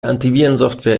antivirensoftware